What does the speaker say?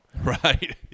Right